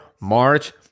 March